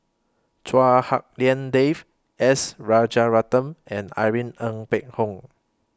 Chua Hak Lien Dave S Rajaratnam and Irene Ng Phek Hoong